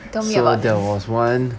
tell me about it